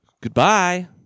goodbye